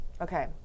okay